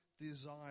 desire